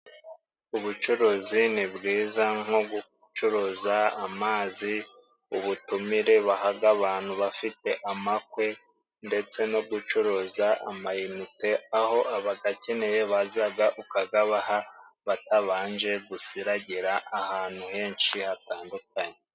Ubucuruzi ni bwiza nko gucuruza amazi ,ubutumire bahaga abantu bafite amakwe ndetse no gucuruza amayinite aho abagakeneye bazaga ukagabaha batabanje gusiragira ahantu henshi hatandukanye.